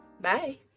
Bye